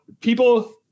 people